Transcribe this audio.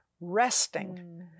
resting